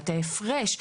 את ההפרש,